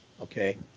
okay